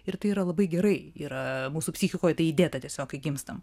ir tai yra labai gerai yra mūsų psichikoj tai įdėta tiesiog kai gimstam